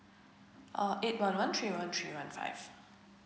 uh eight one one three one three one five